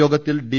യോഗത്തിൽ ഡി